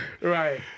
Right